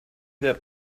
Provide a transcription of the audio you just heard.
that